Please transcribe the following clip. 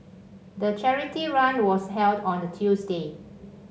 the charity run was held on a Tuesday